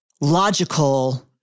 logical